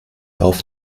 auf